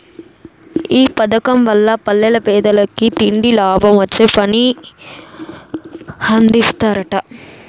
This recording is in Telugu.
ఈ పదకం వల్ల పల్లెల్ల పేదలకి తిండి, లాభమొచ్చే పని అందిస్తరట